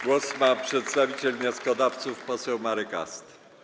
Głos ma przedstawiciel wnioskodawców poseł Marek Ast.